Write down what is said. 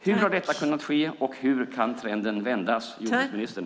Hur har detta kunnat ske, och hur kan trenden vändas, jordbruksministern?